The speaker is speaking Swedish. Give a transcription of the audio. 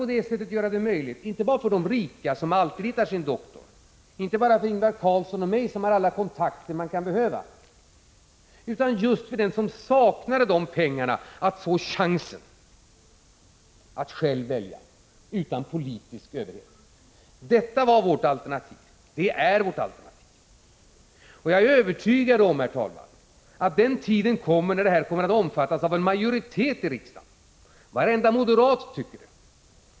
På det sättet ville vi göra det möjligt inte bara för de rika, som alltid hittar sin doktor, inte bara för Ingvar Carlsson och mig, som har alla kontakter man kan behöva, utan just för den som saknar pengar och kontakter att få chansen att själv välja utan politisk överhet. Detta var och är vårt alternativ. Jag är övertygad om, herr talman, att den tiden kommer då detta kommer att omfattas av en majoritet i riksdagen. Varenda moderat tycker så.